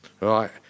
right